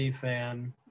fan